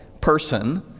person